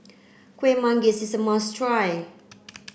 Kueh Manggis is a must try